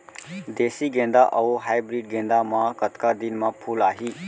देसी गेंदा अऊ हाइब्रिड गेंदा म कतका दिन म फूल आही?